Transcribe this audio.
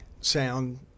sound